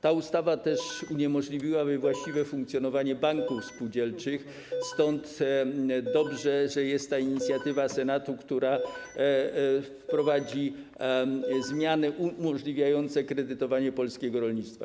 Ta ustawa uniemożliwiłaby też właściwe funkcjonowanie banków spółdzielczych, stąd dobrze, że jest ta inicjatywa Senatu, która wprowadzi zmiany umożliwiające kredytowanie polskiego rolnictwa.